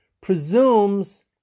presumes